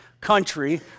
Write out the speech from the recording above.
country